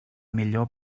millor